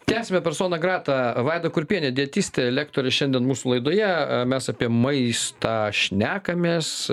tęsiame personą grata vaida kurpienė dietistė lektorė šiandien mūsų laidoje mes apie maistą šnekamės